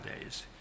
days